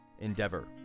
endeavor